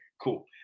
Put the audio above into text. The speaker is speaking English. cool